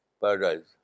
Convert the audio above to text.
paradise